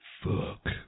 Fuck